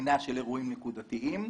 בחינה של אירועים נקודתיים.